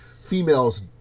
females